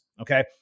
Okay